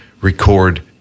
record